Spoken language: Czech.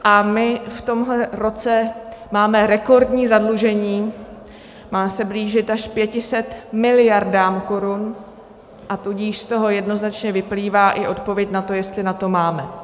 A my v tomhle roce máme rekordní zadlužení, má se blížit až 500 miliardám korun, a tudíž z toho jednoznačně vyplývá i odpověď na to, jestli na to máme.